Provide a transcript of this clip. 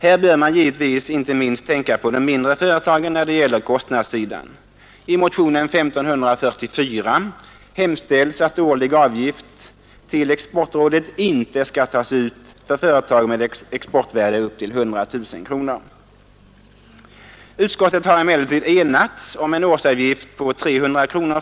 Här bör man givetvis inte minst tänka på de mindre företagen när det gäller kostnadssidan. emellertid enats om att en årsavgift på 300 kronor för företag med Tisdagen den mindre än 100000 kronor i årlig export borde vara motiverad.